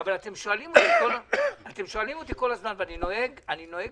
אבל אתם שואלים אותי כל הזמן ואני נוהג בהגינות.